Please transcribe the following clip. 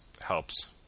helps